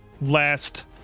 last